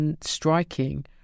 striking